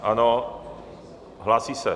Ano, hlásí se.